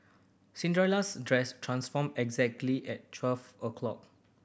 Cinderella's dress transformed exactly at twelve o'clock